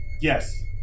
Yes